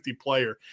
player